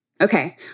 Okay